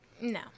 No